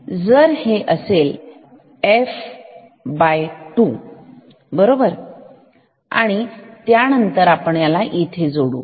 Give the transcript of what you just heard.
जर हे असेल f2 बरोबर आणि त्यानंतर आपण याला इथे जोडू